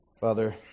Father